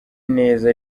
neza